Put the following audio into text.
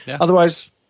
Otherwise